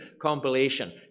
compilation